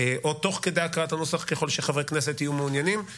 לידיעה צורפה תמונה שבה אחד מבני המשפחה מחבק את ראש הממשלה